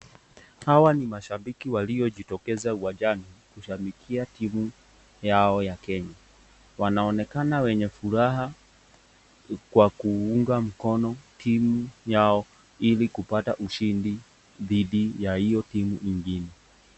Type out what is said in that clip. Hawa ni mashambiki waliojitokeza uwanjani kushambikia timu yao ya Kenya. Wanaonekana wenye furaha kwa kuunga mkono timu yao ili kupata ushindi dhidi ya hio timu ingine.